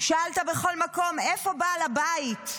שאלת בכל מקום איפה בעל הבית,